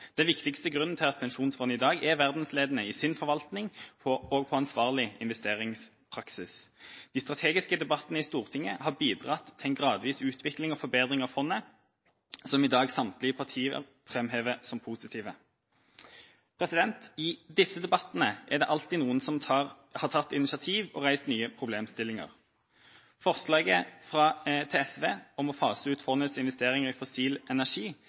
den viktigste grunnen til at Pensjonsfondet i dag er verdensledende i sin forvaltning og på ansvarlig investeringspraksis. De strategiske debattene i Stortinget har bidratt til en gradvis utvikling og forbedring av fondet, som i dag samtlige partier framhever som positiv. I disse debattene er det alltid noen som har tatt initiativ og reist nye problemstillinger. Forslaget til SV om å fase ut fondets investeringer i fossil energi